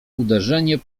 uderzenie